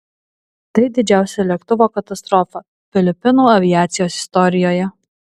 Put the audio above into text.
tai didžiausia lėktuvo katastrofa filipinų aviacijos istorijoje